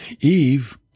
Eve